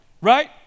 Right